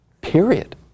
Period